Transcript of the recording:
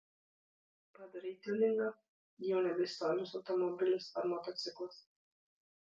padarei tiuningą jau nebe istorinis automobilis ar motociklas